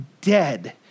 dead